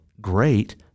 great